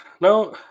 now